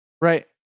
right